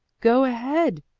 go ahead,